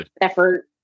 effort